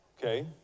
Okay